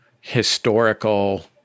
historical